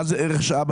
מה זה ערך שעה?